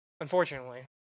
Unfortunately